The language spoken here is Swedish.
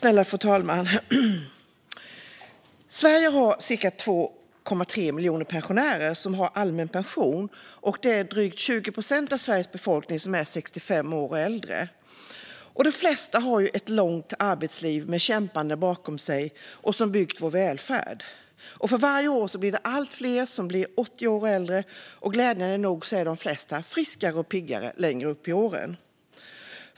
Fru talman! Sverige har cirka 2,3 miljoner pensionärer som har allmän pension, och drygt 20 procent av Sveriges befolkning är 65 år och äldre. De flesta har ett långt arbetsliv bakom sig med kämpande som byggt vår välfärd. För varje år är det allt fler som blir 80 år och äldre, och glädjande nog är de flesta friska och pigga längre upp i åren.